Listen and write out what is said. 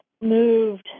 moved